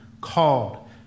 called